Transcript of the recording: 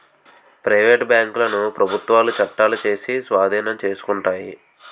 private బ్యాంకులను ప్రభుత్వాలు చట్టాలు చేసి స్వాధీనం చేసుకుంటాయి